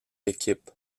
équipes